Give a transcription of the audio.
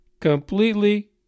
Completely